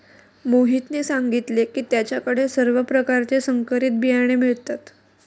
मोहितने सांगितले की त्याच्या कडे सर्व प्रकारचे संकरित बियाणे मिळतात